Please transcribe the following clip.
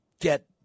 get